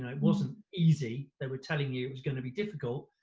and it wasn't easy. they were telling you it was gonna be difficult,